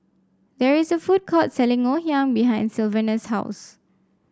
there is a food court selling Ngoh Hiang behind Sylvanus' house